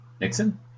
Nixon